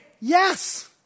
yes